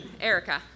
Erica